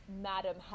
Madam